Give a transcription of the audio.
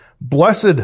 Blessed